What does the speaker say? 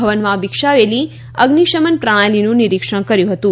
ભવનમાં વિકસાવેલી અઝિશમન પ્રણાલિનું નીરીક્ષણ કર્યું હતું